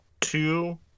two